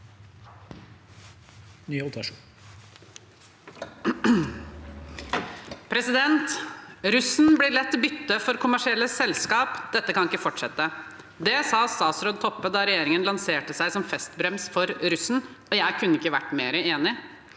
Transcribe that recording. ««Russen blir lett bytte for kommersielle selskap. Dette kan ikke fortsette». Det sa statsråd Toppe da regjeringen lanserte seg som festbrems for russen. Jeg kunne ikke være mer enig.